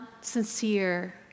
sincere